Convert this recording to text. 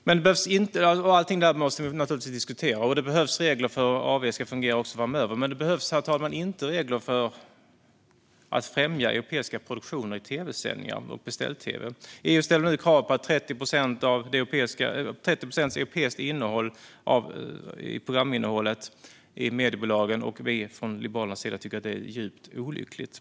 7Allt det här måste vi naturligtvis diskutera, och det behövs regler för hur AV ska fungera framöver, men det behövs inte regler för att främja europeiska produktioner i tv-sändningar och beställ-tv, herr talman. EU ställer nu krav på 30 procents europeiskt innehåll i mediebolagens programinnehåll, och vi tycker från Liberalernas sida att det är djupt olyckligt.